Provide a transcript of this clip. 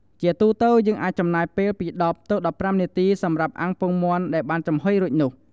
ជាទូទៅ យើងអាចចំណាយពេលពី ១០ទៅ១៥ នាទី សម្រាប់អាំងពងមាន់ដែលបានចំហុយរួចនោះ។